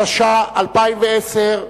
התש"ע 2010,